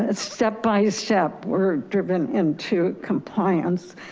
and step by step we're driven into compliance.